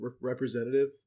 representative